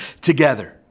together